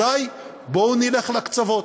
אזי בואו נלך לקצוות.